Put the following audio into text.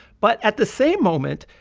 but at the same moment,